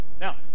Now